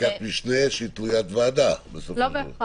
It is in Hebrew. חקיקת משנה שהיא תלוית ועדה, בסופו של דבר.